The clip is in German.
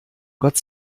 gott